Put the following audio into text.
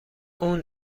اون